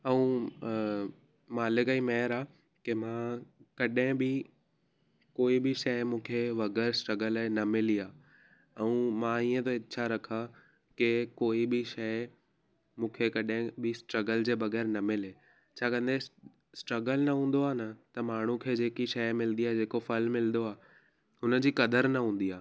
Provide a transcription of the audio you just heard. ऐं मालिक जी महिर आहे की मां कॾहिं बि कोई बि शइ मूंखे बग़ैर स्ट्रगल लाइ न मिली आहे ऐं मां हीअं थो इछा रखां की कोई बि शइ मूंखे कॾहिं बि स्ट्रगल जे बग़ैर न मिले छाकाणि त स्ट्रगल न हूंदो आहे न त माण्हू खे जेकी शइ मिलंदी आहे जेको फलु मिलंदो आहे हुन जी क़दर न हूंदी आहे